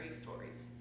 stories